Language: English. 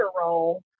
role